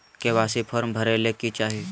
KYC form भरे ले कि चाही?